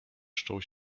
wszczął